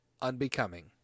Unbecoming